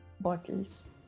bottles